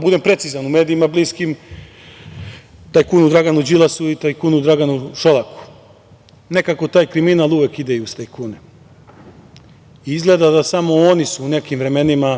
budem precizan, u medijima bliskim tajkunu Draganu Đilasu i tajkunu Draganu Šolaku, nekako taj kriminal uvek ide i uz tajkune i izgleda da samo oni su u nekim vremenima